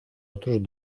otros